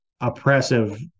oppressive